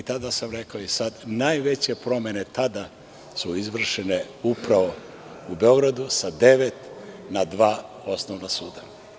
I tada sam rekao i sada, najveće promene tada su izvršene upravo u Beogradu sa devet na dva osnovna suda.